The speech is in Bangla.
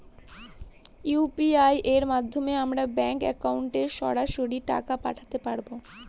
ইউ.পি.আই এর মাধ্যমে আমরা ব্যাঙ্ক একাউন্টে সরাসরি টাকা পাঠাতে পারবো?